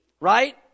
right